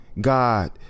God